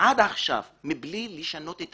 עד עכשיו מבלי לשנות את